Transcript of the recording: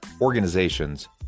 organizations